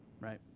right